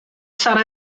sarra